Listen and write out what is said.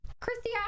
Christy